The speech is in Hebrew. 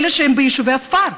אלה שהם ביישובי הספר,